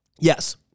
Yes